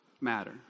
matter